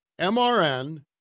MRN